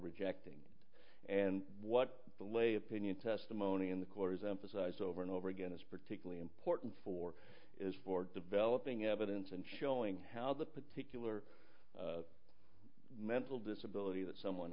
rejecting and what the lay opinion testimony in the caller has emphasized over and over again is particularly important for is for developing evidence and showing how the particular mental disability that someone